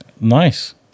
Nice